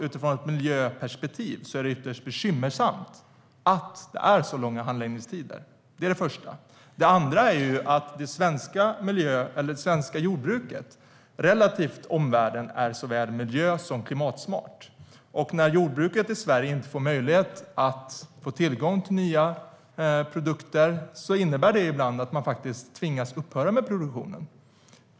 Utifrån ett miljöperspektiv är det ytterst bekymmersamt att det är så långa handläggningstider. Det är det första. Det andra är att det svenska jordbruket relativt omvärlden är såväl miljö som klimatsmart. När jordbruket i Sverige inte får tillgång till nya produkter innebär det att man ibland tvingas upphöra med produktionen.